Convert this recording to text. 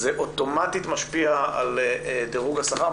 זה אוטומטית משפיע על דירוג השכר,